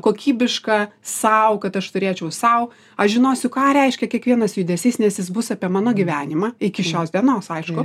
kokybišką sau kad aš turėčiau sau aš žinosiu ką reiškia kiekvienas judesys nes jis bus apie mano gyvenimą iki šios dienos aišku